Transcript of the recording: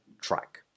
track